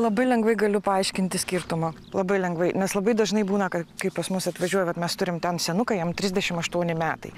labai lengvai galiu paaiškinti skirtumą labai lengvai nes labai dažnai būna kad kai pas mus atvažiuoja vat mes turim ten senuką jam trisdešim aštuoni metai